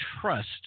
trust